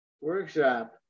workshop